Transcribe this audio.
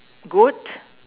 goat